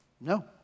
No